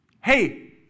hey